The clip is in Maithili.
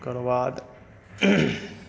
एकरबाद